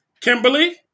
Kimberly